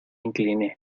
incliné